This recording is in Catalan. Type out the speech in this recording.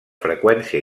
freqüència